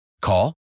Call